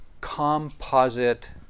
composite